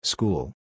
School